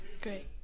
Great